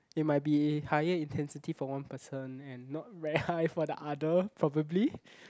it might be higher intensity for one person and not very high for the other probably